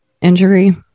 injury